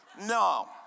No